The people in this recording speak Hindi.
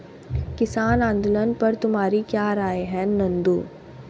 किसान आंदोलन पर तुम्हारी क्या राय है नंदू?